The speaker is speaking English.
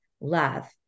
love